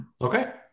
okay